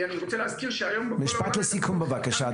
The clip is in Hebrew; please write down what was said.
אני רוצה להזכיר שהיום --- משפט לסיכום בבקשה.